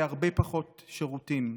הרבה פחות שירותים.